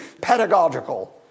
pedagogical